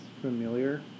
familiar